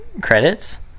credits